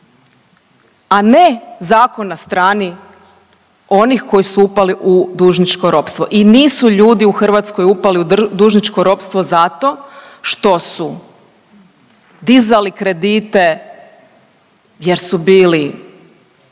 a ne zakon na strani onih koji su upali u dužničko ropstvo. I nisu ljudi u Hrvatskoj upali u dužničko ropstvo zato što su dizali kredite jer su bili